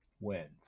wins